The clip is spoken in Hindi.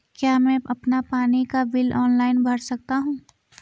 क्या मैं अपना पानी का बिल ऑनलाइन भर सकता हूँ?